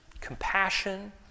compassion